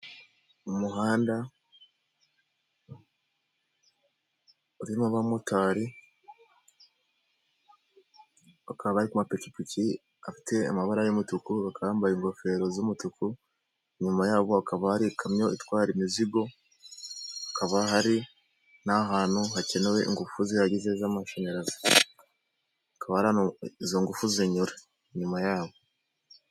Umuhanda urimo abamotari ukaba amapikipiki afite amabara y'umutuku akaba yambaye ingofero z'umutuku nyuma y'aho hakaba hari ikamyo itwara imizigo ,hakaba hari n'ahantu hakenewe ingufu zihagije z'amashanyarazi hakaba hari ahantu izo ngufu zinyura inyuma yabo.